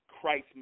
Christ